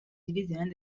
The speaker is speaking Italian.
divisione